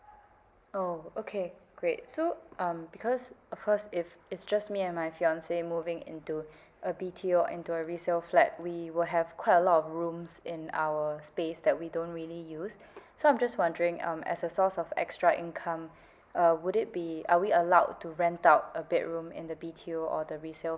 oh okay great so um because uh first if it's just me and my fiance moving into a B_T_O into a resale flat we will have quite a lot of rooms in our space that we don't really use so I'm just wondering um as a source of extra income uh would it be are we allowed to rent out a bedroom and the B_T_O of the resale